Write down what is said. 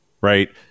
right